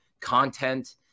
content